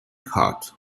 cut